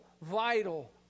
vital